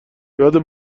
یاد